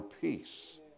peace